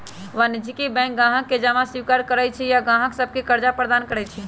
वाणिज्यिक बैंक गाहक से जमा स्वीकार करइ छइ आऽ गाहक सभके करजा प्रदान करइ छै